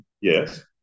Yes